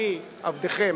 אני, עבדכם,